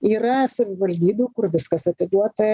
yra savivaldybių kur viskas atiduota